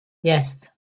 yes